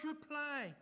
reply